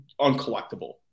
uncollectible